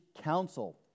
council